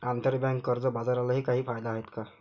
आंतरबँक कर्ज बाजारालाही काही कायदे आहेत का?